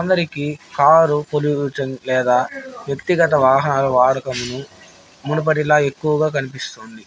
కొందరికీ car పొలిజం లేదా వ్యక్తిగత వాహనాల వారకను మునుపటిలా ఎక్కువగా కనిపిస్తుంది